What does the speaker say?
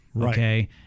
okay